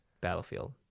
Battlefield